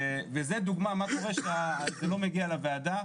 זאת דוגמה למה שקורה כשזה לא מגיע לוועדה,